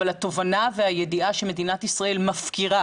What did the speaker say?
אבל התובנה והידיעה שמדינת ישראל מפקירה